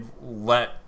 let